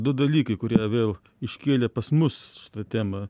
du dalykai kurie vėl iškėlė pas mus šitą temą